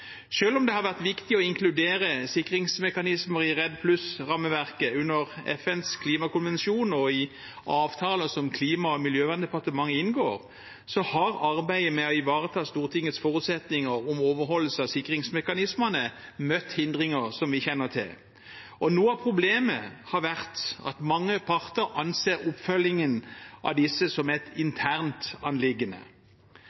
om det har vært viktig å inkludere sikringsmekanismer i Redd+-rammeverket under FNs klimakonvensjon og i avtaler som Klima- og miljødepartementet inngår, har arbeidet med å ivareta Stortingets forutsetninger om overholdelse av sikringsmekanismene møtt hindringer, noe vi kjenner til. Noe av problemet har vært at mange parter anser oppfølgingen av disse som et